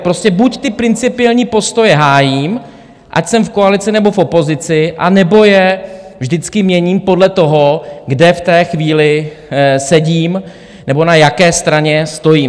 Prostě buď ty principiální postoje hájím, ať jsem v koalici, nebo v opozici, anebo je vždycky měním podle toho, kde v té chvíli sedím nebo na jaké straně stojím.